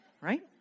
right